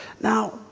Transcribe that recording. Now